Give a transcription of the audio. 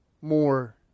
more